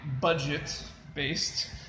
budget-based